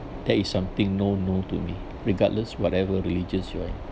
that is something no no to me regardless whatever religious you're